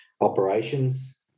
operations